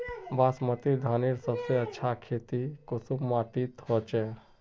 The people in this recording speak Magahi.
बासमती धानेर सबसे अच्छा खेती कुंसम माटी होचए?